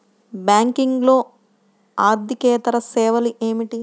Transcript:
బ్యాంకింగ్లో అర్దికేతర సేవలు ఏమిటీ?